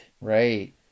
Right